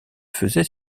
faisait